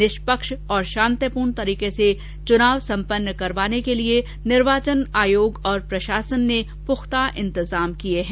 निष्पक्ष और शांतिपूर्ण तरीके से चुनाव सम्पन्न कराने के लिए निर्वाचन आयोग और प्रशासन ने पुख्ता इंतजाम किये हैं